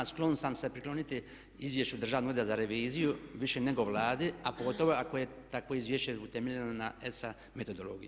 Sklon sam se prikloniti Izvješću Državnog ureda za reviziju više nego Vladi, a pogotovo ako je takvo izvješće utemeljeno na ESA metodologiji.